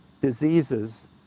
diseases